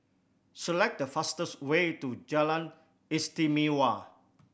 select the fastest way to Jalan Istimewa